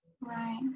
right